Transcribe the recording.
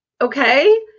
okay